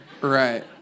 Right